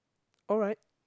alright